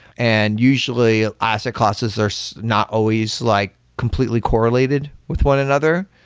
and usually, asset classes, there's not always like completely correlated with one another.